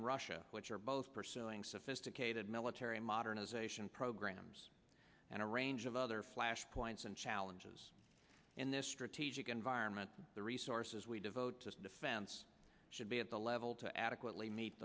and russia which are both pursuing sophisticated military modernization programs and a range of other flashpoints and challenges in this strategic environment the resources we devote to defense should be at the level to adequately meet